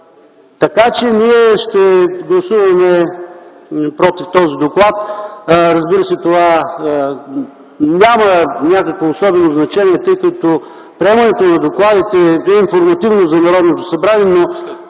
направи. Ние ще гласуваме против този доклад. Разбира се, това няма някакво особено значение, тъй като приемането на докладите е информативно за Народното събрание, но